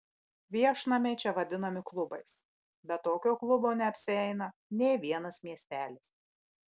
viešnamiai čia vadinami klubais be tokio klubo neapsieina nė vienas miestelis